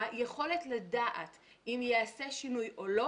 היכולת לדעת אם ייעשה שינוי או לא